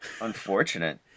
Unfortunate